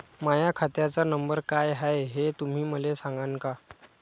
माह्या खात्याचा नंबर काय हाय हे तुम्ही मले सागांन का?